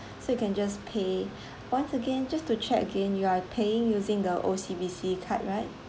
so you can just pay once again just to check again you are paying using the O_C_B_C card right